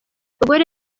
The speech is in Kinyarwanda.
bagore